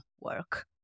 work